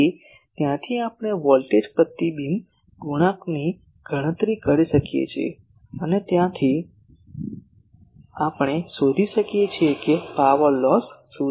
તેથી ત્યાંથી આપણે વોલ્ટેજ પ્રતિબિંબ ગુણાંકની ગણતરી કરી શકીએ છીએ અને ત્યાંથી આપણે શોધી શકીએ છીએ કે પાવર લોસ શું છે